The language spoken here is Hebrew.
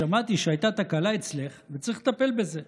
שמעתי שהייתה תקלה אצלך וצריך לטפל בזה.